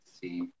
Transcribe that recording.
see